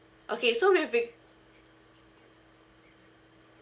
okay so with re~